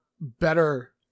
better